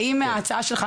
האם ההצעה שלך,